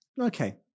Okay